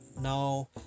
now